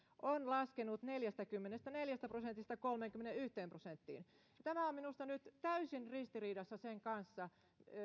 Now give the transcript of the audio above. on laskenut neljästäkymmenestäneljästä prosentista kolmeenkymmeneenyhteen prosenttiin tämä mitä hallitus tekee on minusta nyt täysin ristiriidassa sen kanssa